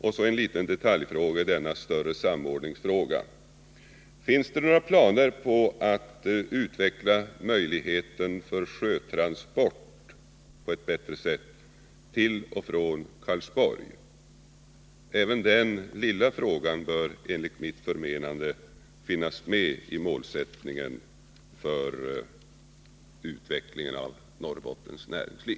Och så en liten detaljfråga i denna större samordningsfråga: Finns det några planer på att utveckla möjligheten för sjötransport på ett bättre sätt till och från Karlsborg? Även den lilla frågan bör enligt mitt förmenande finnas med i målsättningen för utvecklingen av Norrbottens näringsliv.